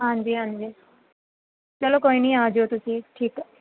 ਹਾਂਜੀ ਹਾਂਜੀ ਚਲੋ ਕੋਈ ਨਹੀਂ ਆ ਜਾਇਓ ਤੁਸੀਂ ਠੀਕ ਹੈ